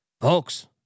folks